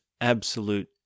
absolute